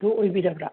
ꯗꯨ ꯑꯣꯏꯕꯤꯔꯕ꯭ꯔꯥ